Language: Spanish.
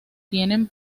tienen